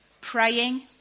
Praying